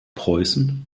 preußen